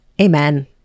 Amen